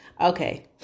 Okay